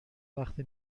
وقت